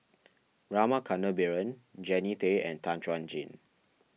Rama Kannabiran Jannie Tay and Tan Chuan Jin